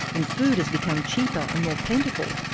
and food has become cheaper and more plentiful,